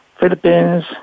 Philippines